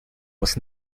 was